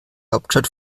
hauptstadt